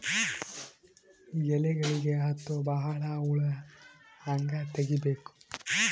ಎಲೆಗಳಿಗೆ ಹತ್ತೋ ಬಹಳ ಹುಳ ಹಂಗ ತೆಗೀಬೆಕು?